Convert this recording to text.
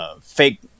fake